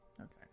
Okay